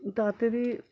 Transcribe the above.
दाते दी